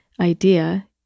idea